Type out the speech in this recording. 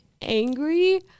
angry